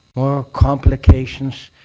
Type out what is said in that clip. more complications?